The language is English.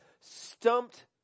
stumped